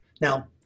Now